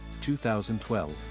2012